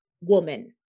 woman